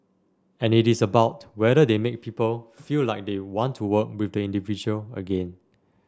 and it is about whether they make people feel like they want to work with the individual again